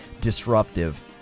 disruptive